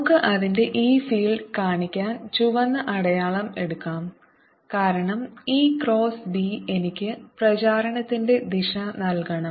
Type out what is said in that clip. നമുക്ക് അതിന്റെ e field കാണിക്കാൻ ചുവന്ന അടയാളം എടുക്കാം കാരണം e ക്രോസ് b എനിക്ക് പ്രചാരണത്തിന്റെ ദിശ നൽകണം